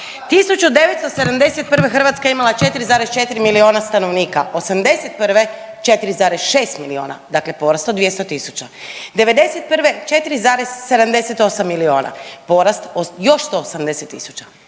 1971. Hrvatska je imala 4,4 milijuna stanovnika, '81. 4,6 milijuna, dakle porast od 200 tisuća, '91. 4,78 milijuna, porast još 180 tisuća,